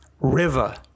River